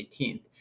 18th